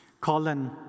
Colin